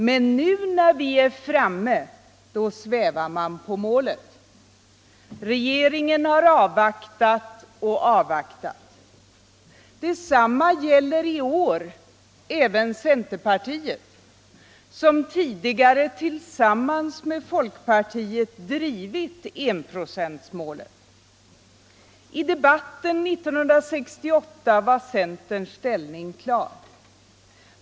Men nu, när vi är framme, då svävar man på målet. Regeringen har avvaktat och avvaktat. Detsamma gäller i år tyvärr även centerpartiet, som tidigare tillsammans med folkpartiet drivit enprocentsmålet. I debatten 1968 var centerns ställning klar.